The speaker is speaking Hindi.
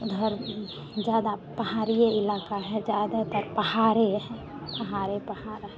उधर ज़्यादा पहाड़ी इलाक़ा है ज़्यादातर पहाड़ है पहाड़ पहाड़ है